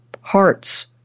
hearts